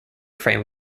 frame